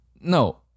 No